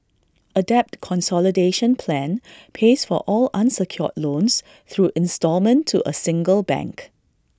A debt consolidation plan pays for all unsecured loans through instalment to A single bank